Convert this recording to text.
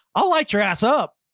i liked your ass up.